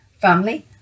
family